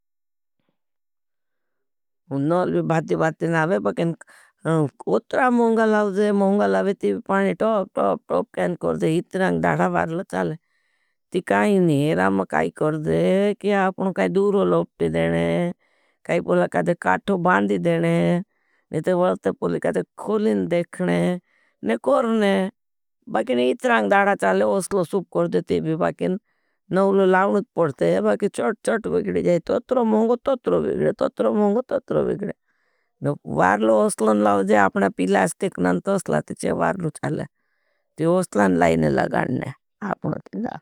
नौल भी भाती भाती नावे, पकेण कोट्रा मौंगा लावजे, मौंगा लावे तीभी पाणी टौप टौप टौप केन करजे। हितरांग दाड़ा बारला चाले। ती काई नहीं, राम काई करजे, कि आपनों काई दूरो लोप्टी देने। काई पुला काँचे काँचे बांधी देने, नहीं ते वलते पुली काँचे खोलीन देखने। नहीं कोरने, बारला हितरांग दाड़ा चाले, उसलो सूप करजे, तीभी बारला नवलो लावने पड़ते। बारला चट चट विगड़ी जाए, तोत्रो मुंगो, तोत्रो विगड़े, तोत्रो मुंगो, तोत्रो विगड़े, बारलो उसलो लावजे। आपने पी लास्टिक नांत उसलाती चे, बारलो चाले, तेवस्तलान लाईने लगाने, आपने तीला।